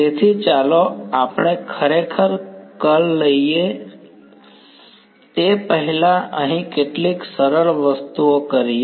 તેથી ચાલો આપણે ખરેખર કર્લ લઈએ તે પહેલાં અહીં કેટલીક સરળ વસ્તુઓ કરીએ